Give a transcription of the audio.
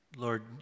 Lord